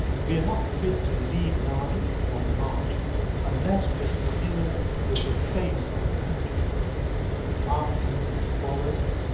we are not fit to lead an army on the march unless we are familiar with the face of the country its mountains and forests,